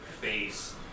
face